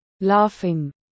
Laughing